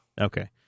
Okay